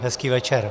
Hezký večer.